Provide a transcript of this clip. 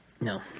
No